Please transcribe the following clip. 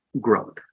growth